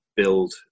Build